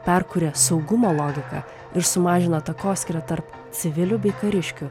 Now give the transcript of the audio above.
perkuria saugumo logiką ir sumažino takoskyrą tarp civilių bei kariškių